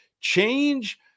Change